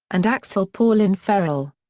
and axel paulin ferrell.